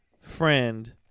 friend